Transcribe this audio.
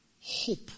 hope